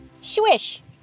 Swish